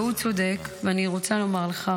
ואני רוצה לומר לך,